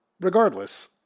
Regardless